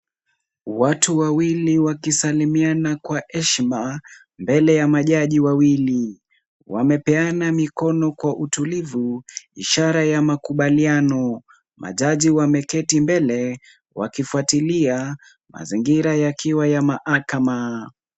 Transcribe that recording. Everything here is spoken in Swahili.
Watu wawili wakisalimia kwa heshima mbele ya majaji wawili. Wamepeana mikono kwa utulivu, ishara ya makubaliano. Majaji wameketi mbele wakifuatilia, mazingira yakiwa ya mahakama.